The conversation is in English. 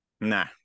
Nah